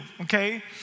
okay